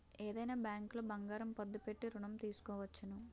ఏదైనా బ్యాంకులో బంగారం పద్దు పెట్టి ఋణం తీసుకోవచ్చును